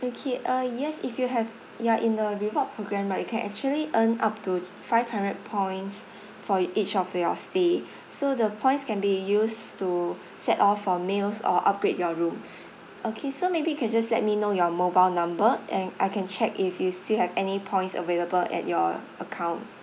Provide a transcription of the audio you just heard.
okay uh yes if you have you are in the reward program right you can actually earn up to five hundred points for each of your stay so the points can be used to set off for meals or upgrade your room okay so maybe you can just let me know your mobile number and I can check if you still have any points available at your account